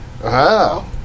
Wow